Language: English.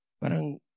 Parang